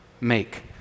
make